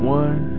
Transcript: one